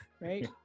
right